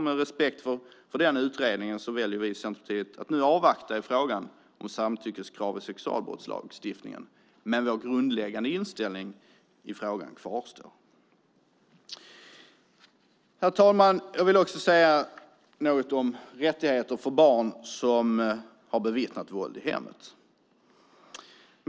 Med respekt för denna utredning väljer vi i Centerpartiet att nu avvakta i frågan om samtyckeskrav i sexualbrottslagstiftningen, men vår grundläggande inställning i frågan kvarstår. Herr talman! Jag vill också säga något om rättigheter för barn som har bevittnat våld i hemmet.